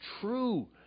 true